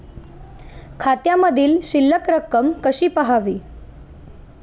खात्यामधील शिल्लक रक्कम कशी पहावी?